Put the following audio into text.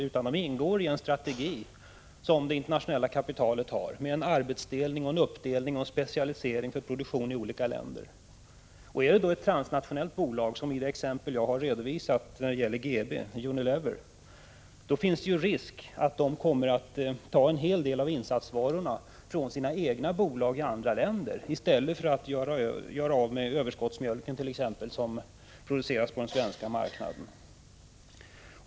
Dessa köp ingår i en strategi som det internationella kapitalet har och som innebär arbetsdelning, uppdelning och specialisering genom produktion i olika länder. Om det är ett transnationellt bolag som i det exempel jag har redovisat — när det gäller GB och Unilever — finns det risk för att köparen kommer att ta en hel del av insatsvarorna från sina egna bolag i andra länder, i stället för att göra av med t.ex. överskottsmjölken som produceras på den svenska marknaden.